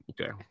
okay